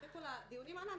אחרי כל הדיונים האלה,